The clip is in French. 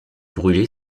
brûlé